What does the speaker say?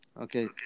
Okay